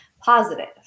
positive